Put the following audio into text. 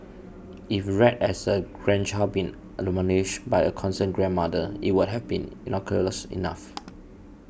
if read as a grandchild being admonished by a concerned grandmother it would have been innocuous enough